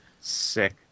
Sick